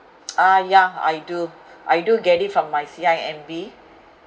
uh yeah I do I do get it from my C_I_M_B